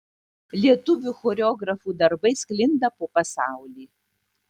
lietuvių choreografų darbai sklinda po pasaulį